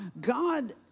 God